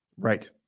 Right